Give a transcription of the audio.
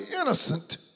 innocent